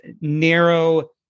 narrow